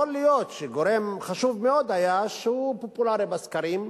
יכול להיות שגורם חשוב מאוד היה שהוא פופולרי בסקרים.